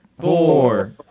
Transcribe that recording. four